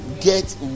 get